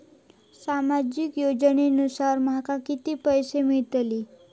सामाजिक योजनेसून माका किती पैशे मिळतीत?